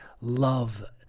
love